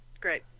great